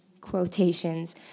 quotations